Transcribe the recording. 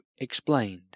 explained